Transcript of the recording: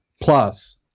plus